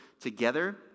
together